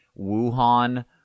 Wuhan